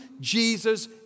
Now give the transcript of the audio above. Jesus